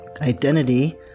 identity